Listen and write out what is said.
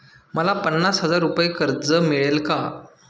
मला पन्नास हजार रुपये कर्ज मिळेल का?